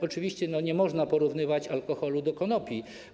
Oczywiście nie można porównywać alkoholu do konopi.